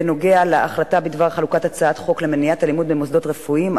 בנוגע להחלטה בדבר חלוקת הצעת חוק למניעת אלימות במוסדות רפואיים,